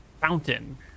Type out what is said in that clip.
fountain